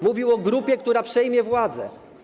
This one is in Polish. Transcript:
Mówił o grupie, która przejmie władzę.